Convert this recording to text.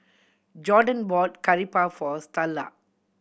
Gordon brought Curry Puff for Starla